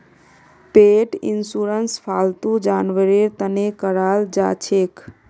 पेट insurance फालतू जानवरेर तने कराल जाछेक